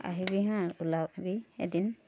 আহিবি হা ওলাবি এদিন